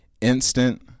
instant